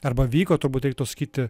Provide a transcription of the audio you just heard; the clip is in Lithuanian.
arba vyko turbūt reiktų sakyti